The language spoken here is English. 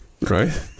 Right